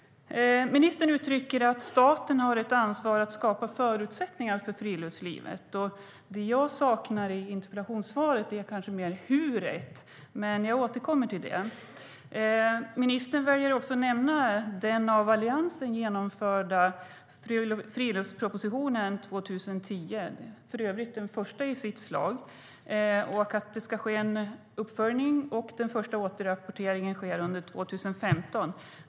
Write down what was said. Ministern uttrycker att staten har ett ansvar att skapa förutsättningar för friluftslivet. Det jag saknar i interpellationssvaret är kanske mer "hur", men jag återkommer till det. Ministern väljer att nämna Alliansens friluftsproposition från 2010, för övrigt den första i sitt slag, och att det ska ske en uppföljning. Den första återrapporteringen sker under 2015.